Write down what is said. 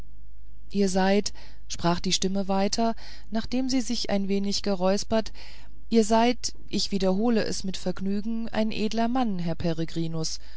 ihr seid sprach die stimme weiter nachdem sie sich ein wenig ausgeräuspert ihr seid ich wiederhole es mit vergnügen ein edler mann herr